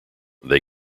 they